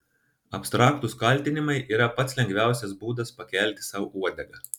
abstraktūs kaltinimai yra pats lengviausias būdas pakelti sau uodegą